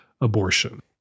abortion